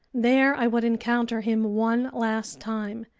there i would encounter him one last time.